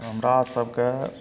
हमरा सबके